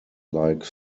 like